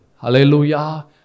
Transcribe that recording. Hallelujah